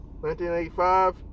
1985